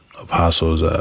apostles